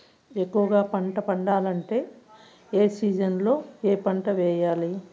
ఎక్కువగా పంట పండాలంటే ఏ సీజన్లలో ఏ పంట వేయాలి